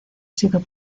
sido